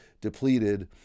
depleted